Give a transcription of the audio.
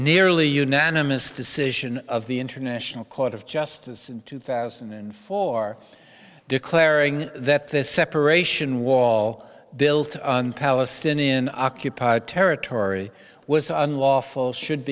nearly unanimous decision of the international court of justice in two thousand and four declaring that the separation wall built on palestinian occupied territory was unlawful should